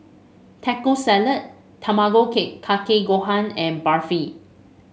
Taco Salad Tamago Cake Kake Gohan and Barfi